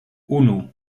unu